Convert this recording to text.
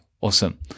awesome